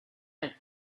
are